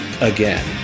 again